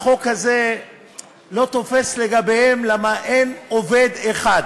החוק הזה לא תופס לגביהם, כי אין עובד אחד